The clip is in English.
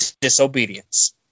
disobedience